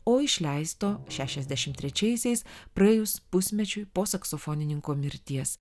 o išleisto šešiasdešimt trečiaisiais praėjus pusmečiui po saksofonininko mirties